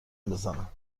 بزنم